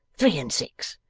three-and-six